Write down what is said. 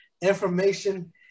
information